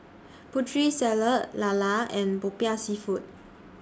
Putri Salad Lala and Popiah Seafood